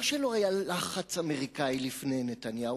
לא שלא היה לחץ אמריקני לפני נתניהו,